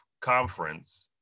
conference